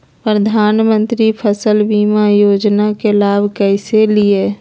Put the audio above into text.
प्रधानमंत्री फसल बीमा योजना के लाभ कैसे लिये?